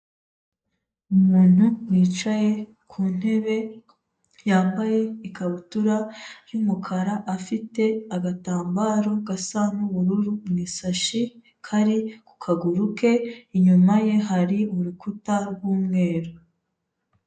Umuntu wicaye ku ntebe, yambaye ikabutura y'umukara afite agatambaro gasa n'ubururu mu isashi kari ku kaguru ke, inyuma ye hari urukuta rw'umweru.